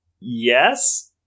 Yes